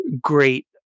great